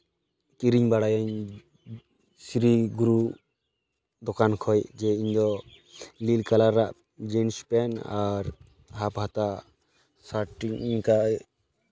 ᱠᱤᱨᱤᱧ ᱵᱟᱲᱟᱭᱟᱹᱧ ᱥᱨᱤ ᱜᱩᱨᱩ ᱫᱚᱠᱟᱱ ᱠᱷᱚᱡ ᱡᱮ ᱤᱧᱫᱚ ᱱᱤᱞ ᱠᱟᱞᱟᱨ ᱟᱜ ᱡᱤᱱᱥ ᱯᱮᱱᱴ ᱟᱨ ᱦᱟᱯ ᱦᱟᱛᱟ ᱥᱟᱨᱴ ᱴᱤ ᱤᱱᱠᱟᱭ